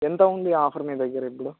ఎంత ఉంది ఆఫర్ మీ దగ్గర ఇప్పుడు